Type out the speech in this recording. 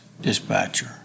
Dispatcher